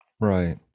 Right